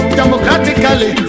democratically